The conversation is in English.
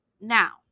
Now